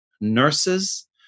nurses